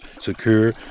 secure